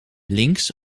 links